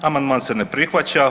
Amandman se ne prihvaća.